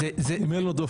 דופק, אם אין לו דופק.